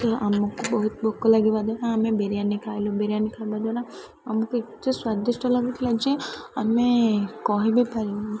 ତ ଆମକୁ ବହୁତ ଭୋକ ଲାଗିବା ଦ୍ୱାରା ଆମେ ବିରିୟାନୀ ଖାଇଲୁ ବିରିୟାନୀ ଖାଇବା ଦ୍ୱାରା ଆମକୁ ଏତେ ସ୍ୱାଦିଷ୍ଟ ଲାଗୁଥିଲା ଯେ ଆମେ କହି ବି ପାରିବୁନି